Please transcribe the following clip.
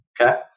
okay